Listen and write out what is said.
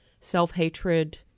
self-hatred